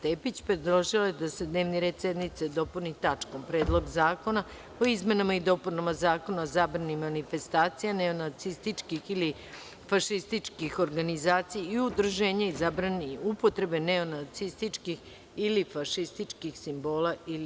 Poslovnika Narodne skupštine, predložila je da se dnevni red sednice dopuni tačkom – Predlog zakona o izmenama i dopunama Zakona o zabrani manifestacija neonacističkih ili fašističkih organizacija i udruženja i zabrani upotrebe neonacističkih ili fašističkih simbola i obeležja.